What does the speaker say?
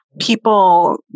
people